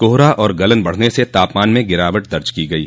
कोहरा और गलन बढ़ने से तापमान में गिरावट दर्ज की गयी